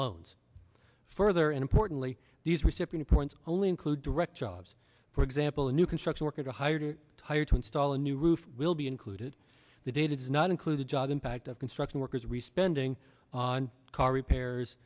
loans further and importantly these recipient points only include direct jobs for example a new construction worker hired or hired to install a new roof will be included the data does not include the jobs impact of construction workers re spending on car repairs